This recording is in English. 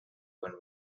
when